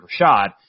Rashad